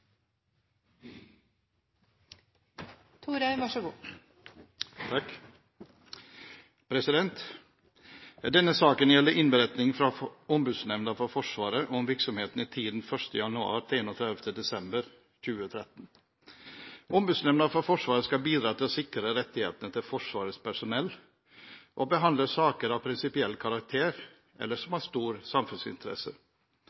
Denne saken gjelder innberetning fra Ombudsnemnda for Forsvaret om virksomheten i tiden 1. januar–31. desember 2013. Ombudsnemnda for Forsvaret skal bidra til å sikre rettighetene til Forsvarets personell og behandle saker av prinsipiell karakter eller som